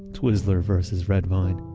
twizzlers vs. red vine.